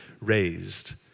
raised